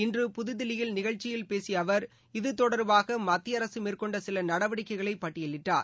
இன்று புதுதில்லியில் நிகழக்சி பேசிய அவர் இது தொடர்பாக மத்திய அரசு மேற்கொண்ட சில நடவடிக்கைகளை பட்டியலிட்டார்